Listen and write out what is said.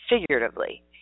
figuratively